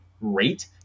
rate